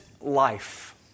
life